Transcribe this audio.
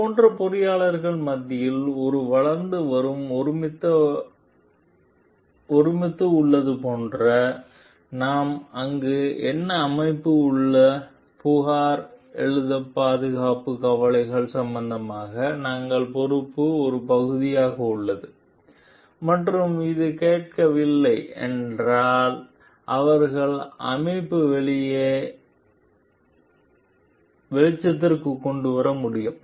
அது போன்ற பொறியாளர்கள் மத்தியில் ஒரு வளர்ந்து வரும் ஒருமித்த உள்ளது போன்ற நாம் அங்கு என்ன அமைப்பு உள்ள புகார் எழுப்ப பாதுகாப்பு கவலைகள் சம்பந்தமாக தங்கள் பொறுப்பை ஒரு பகுதியாக உள்ளது மற்றும் அது கேட்கவில்லை என்றால் அவர்கள் அமைப்பு வெளியே விசில் ஊதும் செல்ல முடியும்